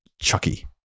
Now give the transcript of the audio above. Chucky